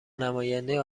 نماینده